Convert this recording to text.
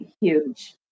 huge